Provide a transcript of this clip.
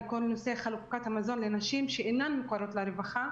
כל נושא חלוקת המזון לנשים שאינן מוכרות לרווחה